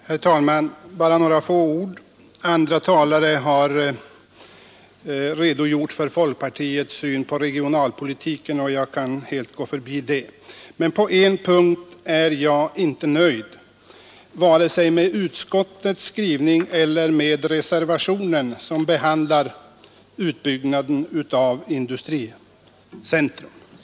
Herr talman! Bara några få ord. Andra talare har här redogjort för folkpartiets syn på regionalpolitiken, och därför kan jag gå förbi den saken nu. Men på en punkt är jag inte nöjd vare sig med utskottets skrivning eller med reservationen 13, som handlar om uppförande av industricentra på vissa orter.